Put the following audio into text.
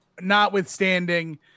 notwithstanding